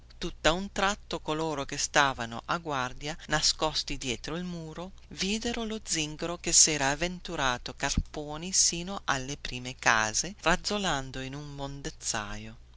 giorno tutta un tratto coloro che stavano a guardia nascosti dietro il muro videro lo zingaro che sera avventurato carponi sino alle prime case razzolando in un mondezzaio